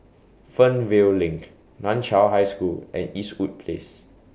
Fernvale LINK NAN Chiau High School and Eastwood Place